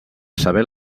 saber